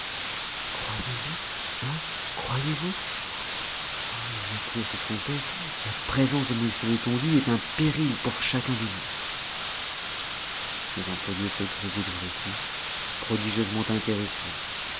croyez-vous hein croyez-vous oh il n'y a plus à s'y tromper la présence de m letondu est un péril pour chacun de nous les employés se grisaient du récit prodigieusement intéressés